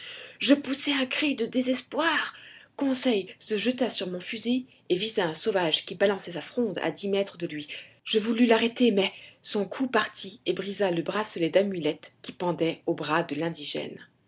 je poussai un cri de désespoir conseil se jeta sur mon fusil et visa un sauvage qui balançait sa fronde à dix mètres de lui je voulus l'arrêter mais son coup partit et brisa le bracelet d'amulettes qui pendait au bras de l'indigène